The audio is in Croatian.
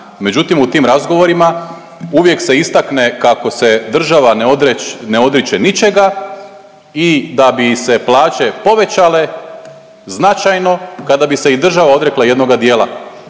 međutim u tim razgovorima uvijek se istakne kako se država ne odriče ničega i da bi im se plaće povećale značajno kada bi se i država odrekla jednoga dijela.